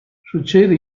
succede